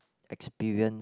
experience